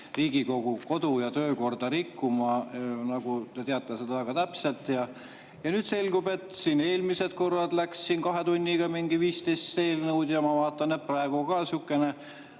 Riigikogu kodu- ja töökorda rikkuma? Te teate seda väga täpselt. Ja nüüd selgub, et siin eelmised korrad läks kahe tunniga mingi 15 eelnõu, ja ma vaatan, et praegu ka sihuke